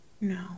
no